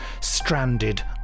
Stranded